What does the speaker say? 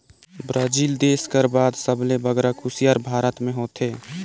Brazil देस कर बाद सबले बगरा कुसियार भारत में होथे